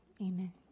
amen